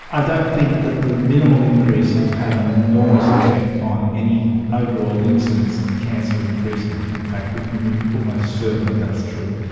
i don't think that the minimal increase will have enormous effect on overall incidence of cancer increasing. in fact we can be almost certain that that's true.